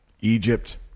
Egypt